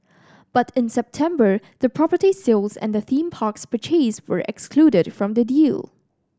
but in September the property sales and the theme parks purchase were excluded from the deal